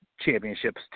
championships